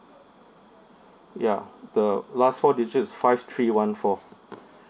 ya the last four digit is five three one four